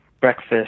breakfast